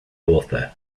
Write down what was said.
author